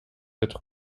être